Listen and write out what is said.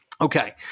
okay